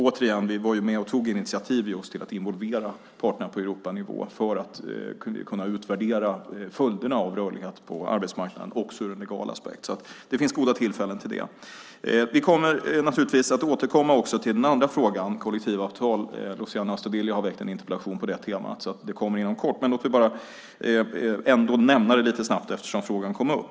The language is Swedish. Återigen: Vi var med och tog initiativ just till att involvera parterna på Europanivå för att kunna utvärdera följderna av rörlighet på arbetsmarknaden också ur en legal aspekt, så att det finns goda tillfällen till det. Vi kommer naturligtvis att återkomma också till den andra frågan om kollektivavtal. Luciano Astudillo har väckt en interpellation på det temat, så det kommer upp inom kort. Men låt mig bara nämna det lite snabbt, eftersom frågan kom upp.